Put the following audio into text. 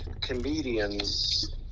comedians